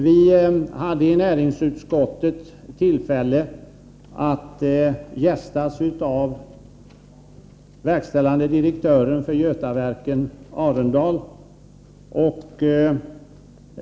Vi hade i utskottet nöjet att gästas av verkställande direktören för Götaverken Arendal AB.